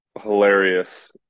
hilarious